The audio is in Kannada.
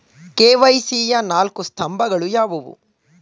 ಕೆ.ವೈ.ಸಿ ಯ ನಾಲ್ಕು ಸ್ತಂಭಗಳು ಯಾವುವು?